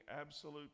absolute